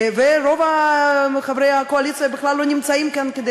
ורוב חברי הקואליציה בכלל לא נמצאים כאן כדי